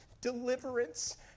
Deliverance